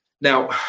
Now